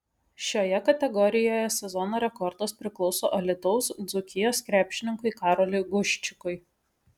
šioje kategorijoje sezono rekordas priklauso alytaus dzūkijos krepšininkui karoliui guščikui